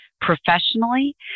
professionally